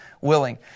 willing